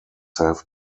have